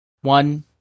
One